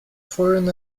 foreign